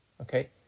Okay